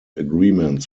agreements